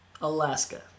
Alaska